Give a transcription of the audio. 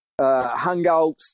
hangouts